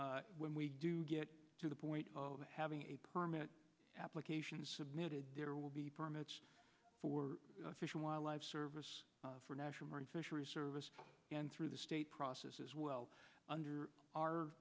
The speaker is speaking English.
when we do get to the point of having a permit application submitted there will be permits for fish and wildlife service for national marine fisheries service and through the state process is well under our